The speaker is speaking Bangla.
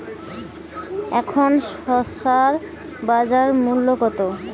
এখন শসার বাজার মূল্য কত?